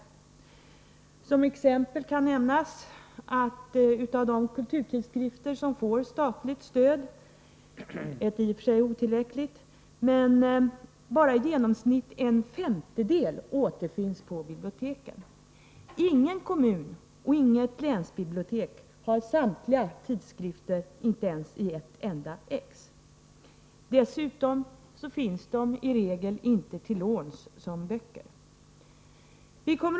Såsom exempel kan nämnas att av de kulturtidskrifter som får statligt stöd — i och för sig otillräckligt — i genomsnitt bara en femtedel återfinns på biblioteken. Ingen kommun och inget länsbibliotek har samtliga tidskrifter, inte ens i ett enda exemplar. Dessutom finns de i regel inte till låns på samma sätt som böcker.